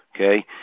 Okay